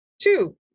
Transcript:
two